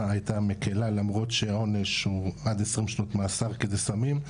הייתה מקילה למרות שהעונש הוא עד 20 שנות מאסר כי זה סמים,